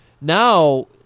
now